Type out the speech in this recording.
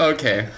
Okay